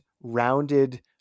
rounded